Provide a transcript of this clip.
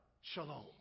shalom